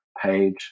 page